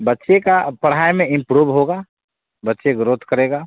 बच्चे का पढ़ाई में इम्प्रूव होगा बच्चे ग्रोथ करेगा